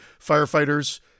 firefighters